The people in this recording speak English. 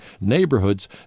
neighborhoods